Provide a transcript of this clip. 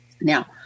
Now